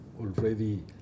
already